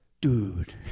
dude